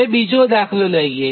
હવેબીજો દાખલો લઇએ